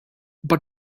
but